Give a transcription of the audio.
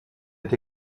est